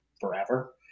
forever